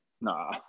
Nah